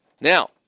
Now